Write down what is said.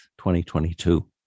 2022